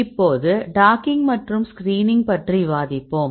இப்போது டாக்கிங் மற்றும் ஸ்கிரீனிங் பற்றி விவாதிப்போம்